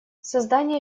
создание